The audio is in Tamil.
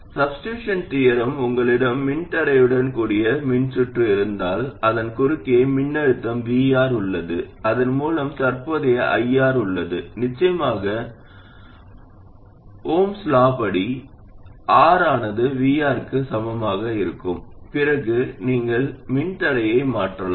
சாப்ஸ்டிடூஷன் தியோரம் உங்களிடம் மின்தடையுடன் கூடிய மின்சுற்று இருந்தால் அதன் குறுக்கே மின்னழுத்தம் VR உள்ளது அதன் மூலம் தற்போதைய IR உள்ளது நிச்சயமாக ஓம் விதியின்படி R ஆனது VRக்கு சமமாக இருக்கும் பிறகு நீங்கள் மின்தடையை மாற்றலாம்